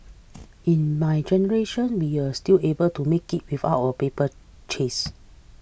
in my generation we were still able to make it without a paper chase